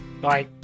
Bye